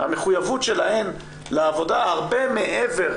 המחויבות שלהן לעבודה הרבה מעבר,